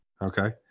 Okay